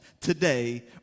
today